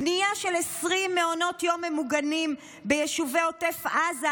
בנייה של 20 מעונות יום ממוגנים ביישובי עוטף עזה